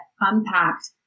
unpacked